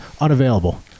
unavailable